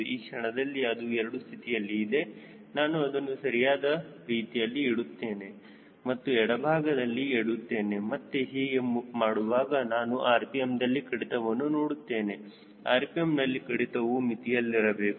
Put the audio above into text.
ಈ ಕ್ಷಣದಲ್ಲಿ ಅದು ಎರಡು ಸ್ಥಿತಿಯಲ್ಲಿ ಇದೆ ನಾನು ಅದನ್ನು ಸರಿಯಾದ ರೀತಿಯಲ್ಲಿ ಇಡುತ್ತೇನೆ ಮತ್ತು ಎಡಭಾಗದಲ್ಲಿ ಇಡುತ್ತೇನೆಮತ್ತೆ ಹೀಗೆ ಮಾಡುವಾಗ ನಾನು rpmದಲ್ಲಿ ಕಡಿತವನ್ನು ನೋಡುತ್ತೇನೆ rpm ನಲ್ಲಿ ಕಡಿತವು ಮಿತಿಯಲ್ಲಿರಬೇಕು